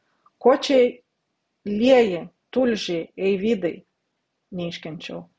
ko čia lieji tulžį eivydai neiškenčiau